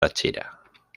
táchira